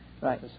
Right